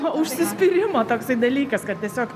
nu užsispyrimo toksai dalykas kad tiesiog